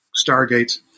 Stargates